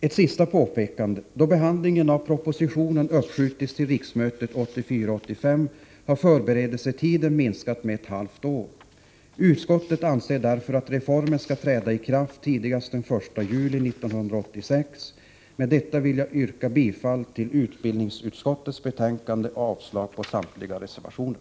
Till sist: Då behandlingen av propositionen uppskjutits till riksmötet 1984/85, har förberedelsetiden minskat med ett halvt år. Utskottet anser därför att reformen skall träda i kraft tidigast den 1 juli 1986. Med detta vill jag yrka bifall till utbildningsutskottets hemställan och avslag på samliga reservationer.